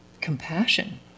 compassion